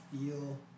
feel